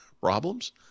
problems